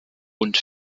und